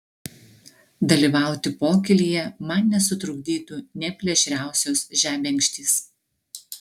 dalyvauti pokylyje man nesutrukdytų nė plėšriausios žebenkštys